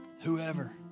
whoever